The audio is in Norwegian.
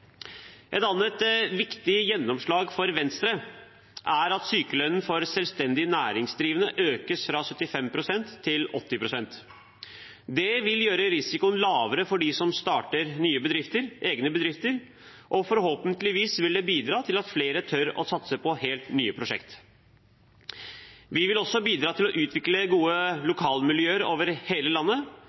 Et annet viktig gjennomslag for Venstre er at sykelønnen for selvstendig næringsdrivende økes fra 75 pst. til 80 pst. Det vil gjøre risikoen lavere for dem som starter nye, egne bedrifter, og forhåpentligvis bidra til at flere tør å satse på helt nye prosjekter. Vi vil også bidra til å utvikle gode lokalmiljøer over hele landet.